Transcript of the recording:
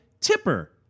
Tipper